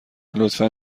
لطفا